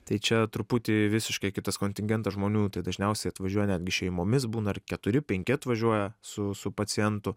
tai čia truputį visiškai kitas kontingentas žmonių tai dažniausiai atvažiuoja netgi šeimomis būna ir keturi penki atvažiuoja su su pacientu